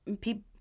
people